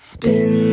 Spin